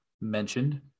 mentioned